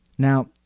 Now